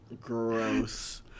Gross